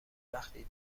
وقتی